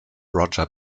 roger